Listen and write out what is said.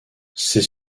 ces